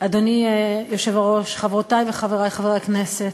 אדוני היושב-ראש, חברותי וחברי חברי הכנסת,